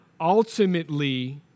Ultimately